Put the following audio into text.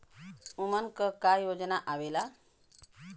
उमन का का योजना आवेला?